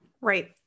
Right